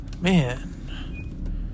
man